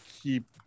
keep